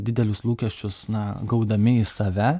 didelius lūkesčius na gaudami į save